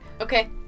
Okay